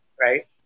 Right